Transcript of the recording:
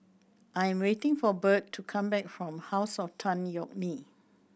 I am waiting for Burt to come back from House of Tan Yeok Nee